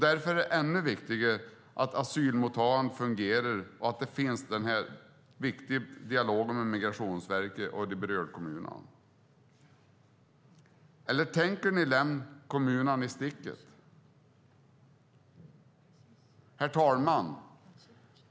Därför är det ännu viktigare att asylmottagandet fungerar och att det förs en dialog mellan Migrationsverket och de berörda kommunerna. Eller tänker ni lämna kommunerna i sticket? Herr talman!